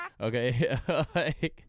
Okay